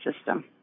system